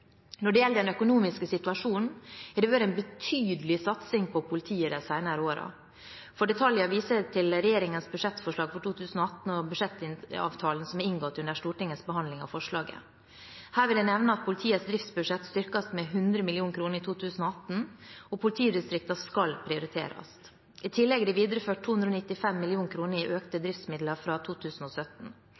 Når det gjelder den økonomiske situasjonen, har det vært en betydelig satsing på politiet de senere årene. For detaljer viser jeg til regjeringens budsjettforslag for 2018 og budsjettavtalen som ble inngått under Stortingets behandling av forslaget. Her vil jeg nevne at politiets driftsbudsjett styrkes med 100 mill. kr i 2018, og politidistriktene skal prioriteres. I tillegg er det videreført 295 mill. kr i økte driftsmidler fra 2017.